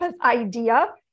idea